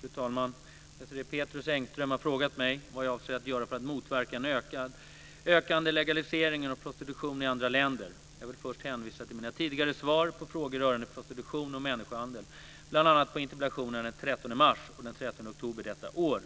Fru talman! Désirée Pethrus Engström har frågat mig vad jag avser att göra för att motverka en ökande legalisering av prostitution i andra länder. Jag vill först hänvisa till mina tidigare svar på frågor rörande prostitution och människohandel, bl.a. på interpellationer den 13 mars och den 30 oktober detta år